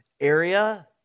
area